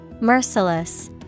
Merciless